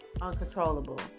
uncontrollable